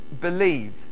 believe